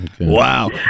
wow